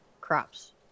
crops